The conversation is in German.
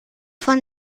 von